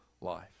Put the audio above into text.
life